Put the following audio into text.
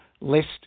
list